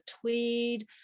tweed